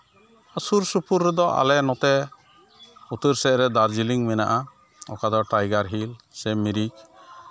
ᱥᱩᱨ ᱥᱩᱯᱩᱨ ᱨᱮᱫᱚ ᱟᱞᱮ ᱱᱚᱛᱮ ᱩᱛᱛᱚᱨ ᱥᱮᱫ ᱨᱮ ᱫᱟᱨᱡᱤᱞᱤᱝ ᱢᱮᱱᱟᱜᱼᱟ ᱚᱠᱟᱫᱚ ᱴᱟᱭᱜᱟᱨ ᱦᱤᱞ ᱥᱮ ᱢᱤᱨᱤᱡᱽ